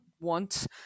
want